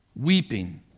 weeping